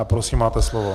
Prosím, máte slovo.